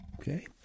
okay